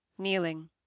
Kneeling